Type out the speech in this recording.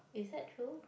is that true